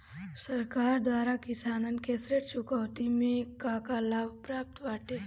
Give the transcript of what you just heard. सरकार द्वारा किसानन के ऋण चुकौती में का का लाभ प्राप्त बाटे?